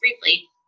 briefly